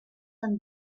and